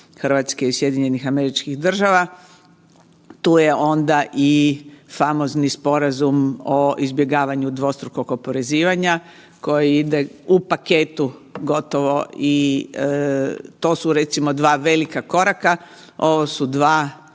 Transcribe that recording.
Hrvatske i SAD-a. Tu je onda i famozni Sporazum o izbjegavanju dvostrukog oporezivanja koji ide u paketu gotovo i to su recimo dva velika koraka. Ovo su dva